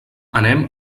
anem